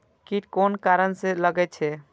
कीट कोन कारण से लागे छै?